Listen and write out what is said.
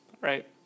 Right